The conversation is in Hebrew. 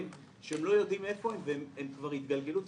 שהם לא יודעים איפה הם והם כבר התגלגלו,